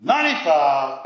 Ninety-five